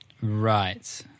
right